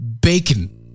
bacon